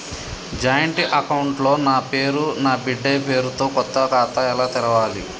Joint account లో నా పేరు నా బిడ్డే పేరు తో కొత్త ఖాతా ఎలా తెరవాలి?